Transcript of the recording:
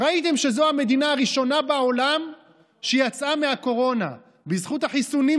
ראיתם שזאת המדינה הראשונה בעולם שיצאה מהקורונה בזכות החיסונים,